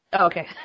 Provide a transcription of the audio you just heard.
Okay